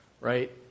right